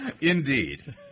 Indeed